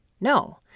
No